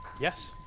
Yes